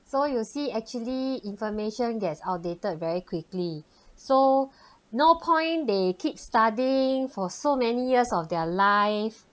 so you see actually information gets outdated very quickly so no point they keep studying for so many years of their life